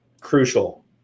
crucial